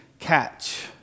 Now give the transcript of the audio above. catch